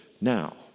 now